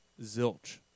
zilch